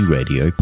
Radio